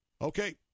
Okay